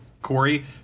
Corey